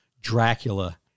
Dracula